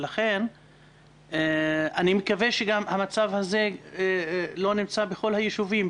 ולכן אני מקווה שהמצב הזה לא נמצא גם בכל היישובים,